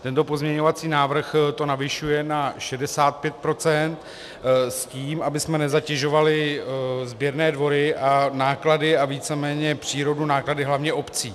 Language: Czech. Tento pozměňovací návrh to navyšuje na 65 % s tím, abychom nezatěžovali sběrné dvory a náklady a víceméně přírodu náklady hlavně obcí.